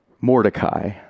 Mordecai